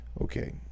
okay